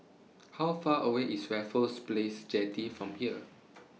How Far away IS Raffles Place Jetty from here